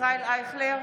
ישראל אייכלר,